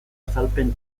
azalpen